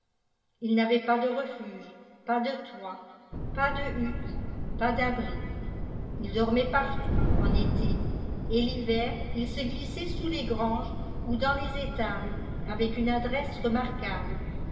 il n'avait pas de refuge pas de toit pas de hutte pas d'abri ii dormait partout en été et l'hiver il se glissait sous les granges ou dans les étables avec une adresse remarquable